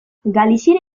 galiziera